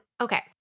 Okay